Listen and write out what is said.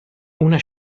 una